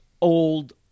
old